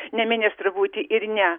ne ministru būti ir ne